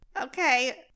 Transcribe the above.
Okay